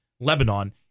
Lebanon